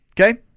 Okay